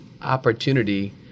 opportunity